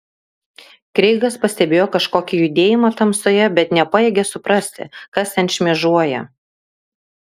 kreigas pastebėjo kažkokį judėjimą tamsoje bet nepajėgė suprasti kas ten šmėžuoja